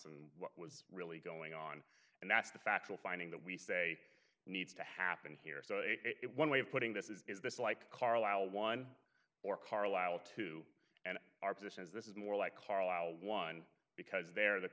it was really going on and that's the factual finding that we say needs to happen here so one way of putting this is is this like carlisle one or carlisle two and our position is this is more like carlisle one because they're the